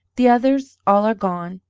the others all are gone.